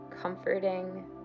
comforting